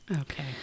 Okay